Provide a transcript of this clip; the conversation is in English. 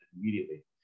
immediately